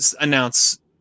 announce